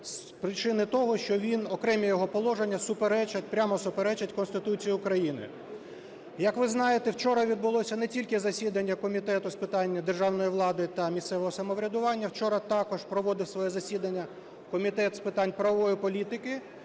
з причини того, що він, окремі його положення суперечать, прямо суперечать Конституції України. Як ви знаєте, вчора відбулося не тільки засідання комітету з питань державної влади та місцевого самоврядування, вчора також проводив своє засідання Комітет з питань правової політики.